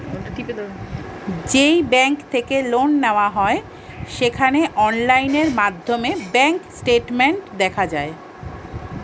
যেই ব্যাঙ্ক থেকে লোন নেওয়া হয় সেখানে অনলাইন মাধ্যমে ব্যাঙ্ক স্টেটমেন্ট দেখা যায়